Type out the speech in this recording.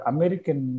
American